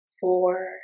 four